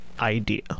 idea